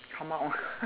come out